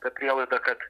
ta prielaida kad